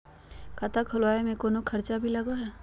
खाता खोलावे में कौनो खर्चा भी लगो है?